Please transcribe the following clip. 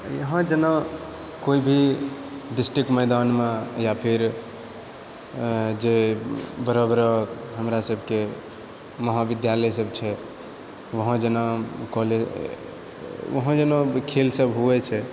यहाँ जेना कोइ भी डिस्ट्रिक्ट मैदानमे या फेर जे बड़ा बड़ा हमरा सबके महाविद्यालय सब छै वहांँ जेना वहांँ जेना खेल सब हुवै छै